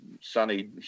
sunny